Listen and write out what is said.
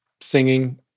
singing